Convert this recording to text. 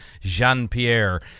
Jean-Pierre